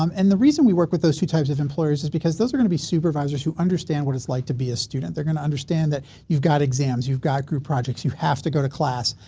um and the reason we work with those two types of employers is because those are gonna be supervisors who understand what it's like to be a student. they're gonna understand that you've got exams, you've got group projects, you have to go to class.